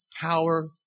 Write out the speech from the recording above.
power